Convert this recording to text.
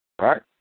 right